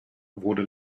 wurde